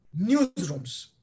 newsrooms